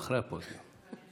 אחרי הפודיום.